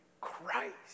Christ